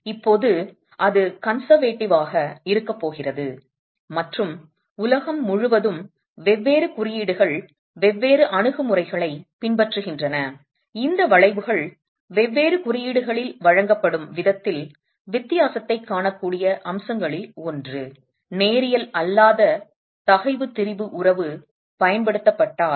இப்போது அது பழமைவாதமாக நடுத்தரமாக இருக்கப் போகிறது மற்றும் உலகம் முழுவதும் வெவ்வேறு குறியீடுகள் வெவ்வேறு அணுகுமுறைகளைப் பின்பற்றுகின்றன இந்த வளைவுகள் வெவ்வேறு குறியீடுகளில் வழங்கப்படும் விதத்தில் வித்தியாசத்தைக் காணக்கூடிய அம்சங்களில் ஒன்று நேரியல் அல்லாத தகைவு திரிபு உறவு பயன்படுத்தப்பட்டால்